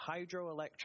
hydroelectric